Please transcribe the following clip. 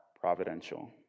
providential